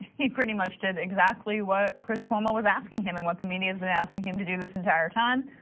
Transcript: he pretty much did exactly what chris cuomo was asking him and what the media has been asking him to do this entire time.